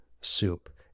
soup